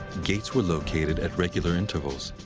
gates were located at regular intervals.